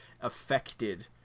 affected